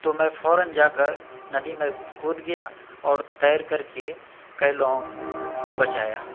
تو میں فوراً جا کر ندی میں کود گیا اور تیر کر کے کئی لوگوں کو بچایا